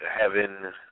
heaven